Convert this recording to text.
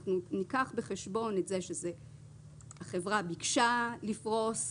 אנחנו ניקח בחשבון את זה שהחברה ביקשה לפרוס,